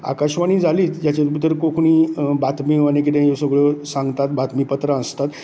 आकाशवाणी जालीच जाचे भितर कोंकणी बातमी आनी कितें हें सगळ्यो सांगतात बातमी पत्रां आसतात